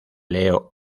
leo